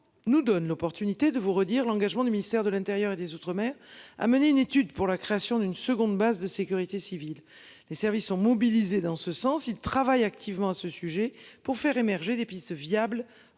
nous donne l'opportunité de vous redire l'engagement du ministère de l'Intérieur et des Outre-mer a mené une étude pour la création d'une seconde base de sécurité civile. Les services sont mobilisés dans ce sens il travaille activement à ce sujet pour faire émerger des pays viable